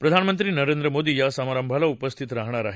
प्रधानमंत्री नरेंद्र मोदी या समारंभाला उपस्थित राहणार आहेत